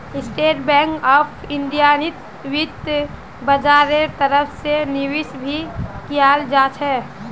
state bank of इन्डियात वित्तीय बाजारेर तरफ से निवेश भी कियाल जा छे